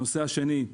הנושא השני: